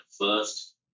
first